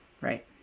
right